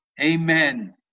Amen